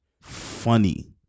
funny